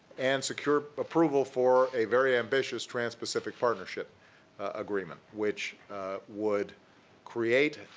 and secure approval for a very ambitious transpacific partnership agreement, which would create